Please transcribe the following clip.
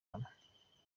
kanwa